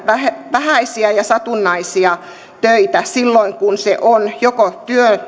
vähäisiä ja satunnaisia töitä silloin kun se on joko